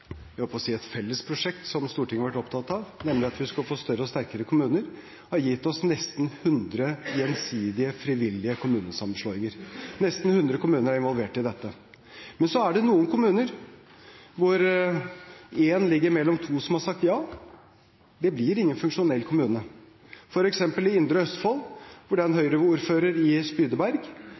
jeg holdt på å si – et fellesprosjekt som Stortinget har vært opptatt av, nemlig at vi skulle få større og sterkere kommuner, har gitt oss nesten 100 gjensidig frivillige kommunesammenslåinger, nesten 100 kommuner er involvert i dette. Men så er det noen steder hvor én kommune ligger mellom to som har sagt ja. Det blir ingen funksjonell kommune. For eksempel i indre Østfold er det en Høyre-ordfører i Spydeberg